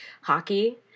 hockey